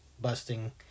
busting